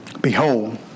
Behold